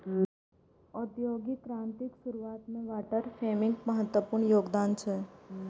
औद्योगिक क्रांतिक शुरुआत मे वाटर फ्रेमक महत्वपूर्ण योगदान छै